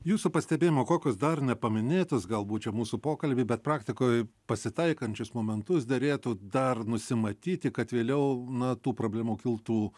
jūsų pastebėjimu kokius dar nepaminėtus galbūt čia mūsų pokalbį bet praktikoj pasitaikančius momentus derėtų dar nusimatyti kad vėliau na tų problemų kiltų